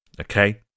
okay